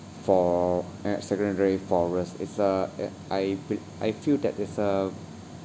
for~ uh secondary forest is a uh I bel~ I feel that it's a